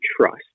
trust